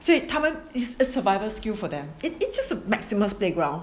所以他们 is a survivor skills for them it is just a maximum playground